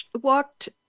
walked